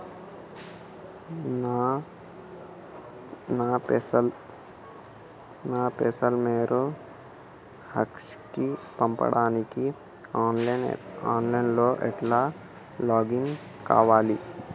నా పైసల్ వేరే వాళ్లకి పంపడానికి ఆన్ లైన్ లా ఎట్ల లాగిన్ కావాలి?